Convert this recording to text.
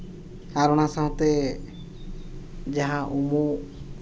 ᱟᱨ ᱚᱱᱟ ᱥᱟᱶᱛᱮ ᱡᱟᱦᱟᱸ ᱩᱢᱩᱜ